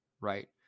right